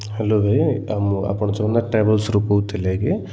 hello ଭାଇ ଆପଣ ଜଗନ୍ନାଥ ଟ୍ରାଭେଲ୍ସରୁ କହୁଥିଲେ କି